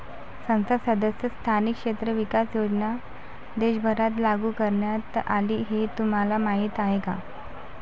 संसद सदस्य स्थानिक क्षेत्र विकास योजना देशभरात लागू करण्यात आली हे तुम्हाला माहीत आहे का?